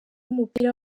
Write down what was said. w’umupira